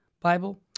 Bible